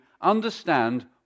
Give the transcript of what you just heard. understand